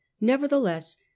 Nevertheless